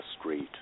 Street